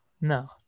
No